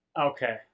okay